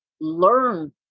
learn